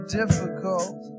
difficult